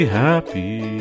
happy